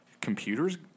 computers